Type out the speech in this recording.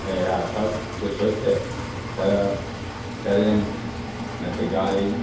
आओर इएह सबकिछु होइ छै तऽ ट्रेन नहि तऽ गाड़ी